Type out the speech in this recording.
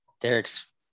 Derek's